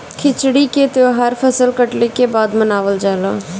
खिचड़ी के तौहार फसल कटले के बाद मनावल जाला